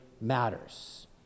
matters